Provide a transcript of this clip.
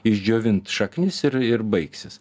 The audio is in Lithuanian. išdžiovint šaknis ir ir baigsis